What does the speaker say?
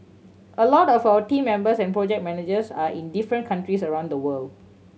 a lot of our team members and project managers are in different countries around the world